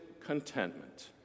contentment